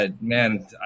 man